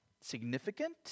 significant